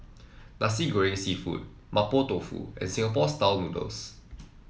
Nasi Goreng seafood Mapo Tofu and Singapore style noodles